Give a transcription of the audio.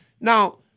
Now